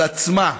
על עצמה,